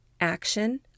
action